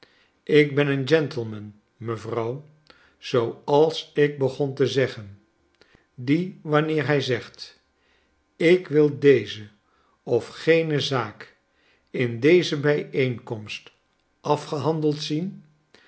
ik ben een gentleman mevrouw zooals ik begon te zeggen die wanneer hij zegt ik wil deze of gene zaak in deze bijeenkomst afgehandeld zien